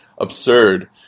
absurd